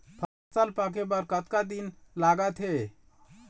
फसल पक्के बर कतना दिन लागत हे?